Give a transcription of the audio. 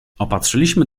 opatrzyliśmy